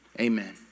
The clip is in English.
Amen